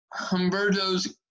Humberto's